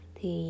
Thì